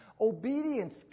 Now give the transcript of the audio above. obedience